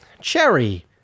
Cherry